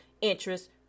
interest